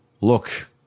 Look